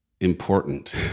important